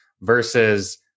versus